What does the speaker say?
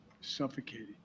Suffocating